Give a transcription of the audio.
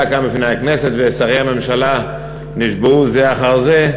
כאן בפני הכנסת ושרי הממשלה נשבעו זה אחרי זה.